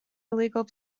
illegal